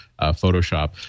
Photoshop